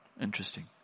Interesting